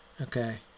Okay